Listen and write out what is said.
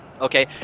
okay